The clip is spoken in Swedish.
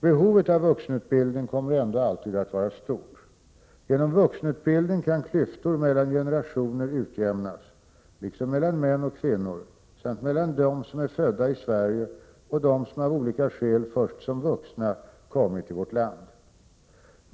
Behovet av vuxenutbildning kommer ändå alltid att vara stort. Genom vuxenutbildning kan klyftor mellan generationer utjämnas liksom mellan män och kvinnor samt mellan dem som är födda i Sverige och dem som av olika skäl först som vuxna kommit till vårt land.